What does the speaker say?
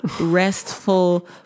restful